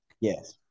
Yes